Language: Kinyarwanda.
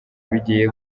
bigiye